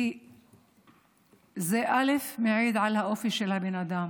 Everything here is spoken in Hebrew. כי זה מעיד על האופי של הבן אדם.